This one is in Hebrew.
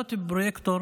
למנות פרויקטור